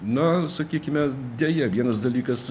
na sakykime deja vienas dalykas